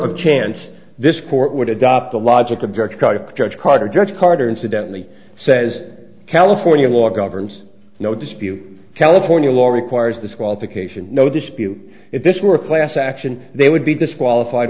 of chance this court would adopt the logic objected judge carter judge carter incidentally says california law governs notice view california law requires disqualification no dispute if this were a class action they would be disqualified